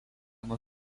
nuo